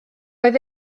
oedd